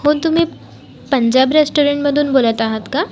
हो तुम्ही पंजाब रेस्टॉरंटमधून बोलत आहात का